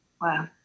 wow